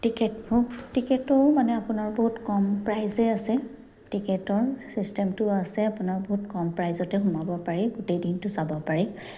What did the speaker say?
ticket টিকেটো মানে আপোনাৰ বহুত কম প্ৰাইচেই আছে টিকেটৰ ছিষ্টেমটো আছে আপোনাৰ বহুত কম প্ৰাইচতে সোমাব পাৰি গোটেই দিনটো চাব পাৰি